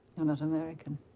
and not american.